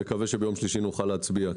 אני מקווה שביום שלישי נוכל להצביע.